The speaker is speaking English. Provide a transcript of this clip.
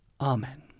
Amen